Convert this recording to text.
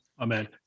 Amen